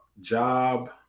job